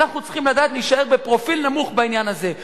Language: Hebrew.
אנחנו צריכים לדעת להישאר בפרופיל נמוך בעניין הזה.